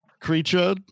creature